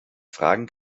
fragen